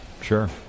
Sure